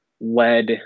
led